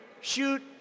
shoot